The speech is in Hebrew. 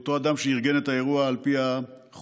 אותו אדם שארגן את האירוע, על פי החוקרים.